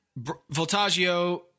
Voltaggio